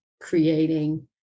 creating